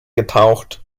getaucht